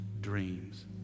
dreams